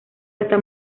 hasta